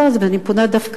אני פונה דווקא אליך,